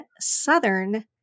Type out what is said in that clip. Southern